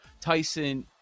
Tyson